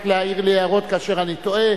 רק להעיר לי הערות כאשר אני טועה.